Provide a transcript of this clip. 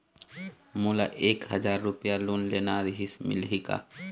मोला एक हजार रुपया लोन लेना रीहिस, मिलही का?